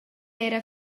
era